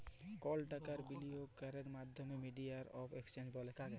call টাকার বিলিয়গ ক্যরের মাধ্যমকে মিডিয়াম অফ এক্সচেঞ্জ ব্যলে